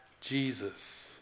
Jesus